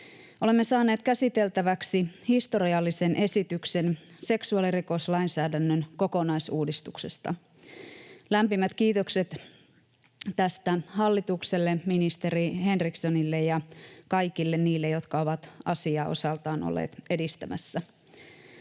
Olemme saaneet käsiteltäväksi historiallisen esityksen seksuaalirikoslainsäädännön kokonaisuudistuksesta. Lämpimät kiitokset tästä hallitukselle, ministeri Henrikssonille ja kaikille niille, jotka ovat asiaa osaltaan olleet edistämässä.